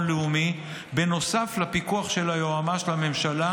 לאומי בנוסף לפיקוח של היועמ"ש לממשלה,